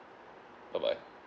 bye bye